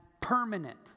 permanent